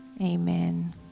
amen